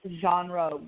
genre